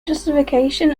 justification